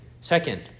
Second